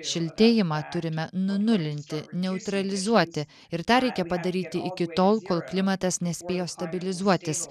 šiltėjimą turime nunulinti neutralizuoti ir tą reikia padaryti iki tol kol klimatas nespėjo stabilizuotis